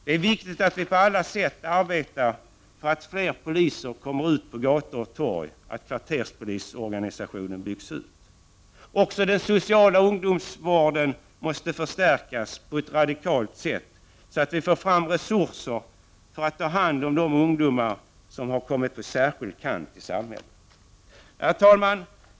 Det är viktigt att vi på alla sätt arbetar för att fler poliser kommer ut på gator och torg och att kvarterspolisorganisationen byggs ut. Också den sociala ungdomsvården måste förstärkas på ett radikalt sätt, så att vi får fram resurser för att ta hand om de ungdomar som kommit på särskild kant med samhället. Herr talman!